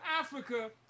africa